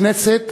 הכנסת